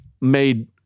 made